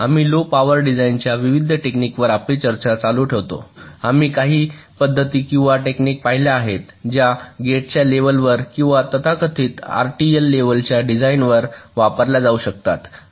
आम्ही low power डिझाइनच्या विविध टेक्निक वर आपली चर्चा चालू ठेवतो आम्ही काही पद्धती किंवा टेक्निक पाहिल्या आहेत ज्या गेट्सच्या लेव्हलवर किंवा तथाकथित आरटीएल लेव्हलच्या डिझाइनवर वापरल्या जाऊ शकतात